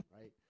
right